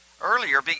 earlier